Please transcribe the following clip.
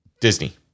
Disney